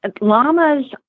llamas